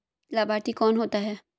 लाभार्थी कौन होता है?